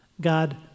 God